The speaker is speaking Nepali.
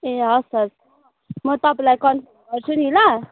ए हवस् हवस् म तपाईँलाई कन्ट्याक्ट गर्छु नि ल